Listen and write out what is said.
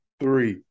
three